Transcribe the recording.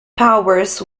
powers